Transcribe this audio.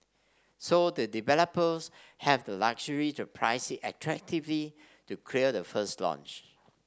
so the developers have the luxury to price it attractively to the first launch